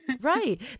right